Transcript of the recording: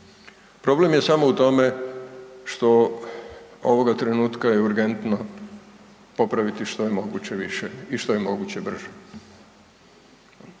Problem je samo u tome što ovoga trenutka je urgentno popraviti što je moguće više i što je moguće brže.